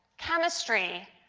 chemistry,